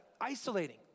isolating